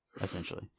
Essentially